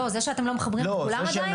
לא, זה שאתם לא מחברים את כולם עדיין?